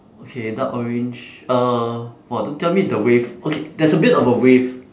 okay dark orange uh !wah! don't tell me it's the wave okay there's a bit of a wave